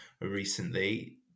recently